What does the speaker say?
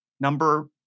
number